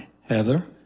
Heather